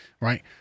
right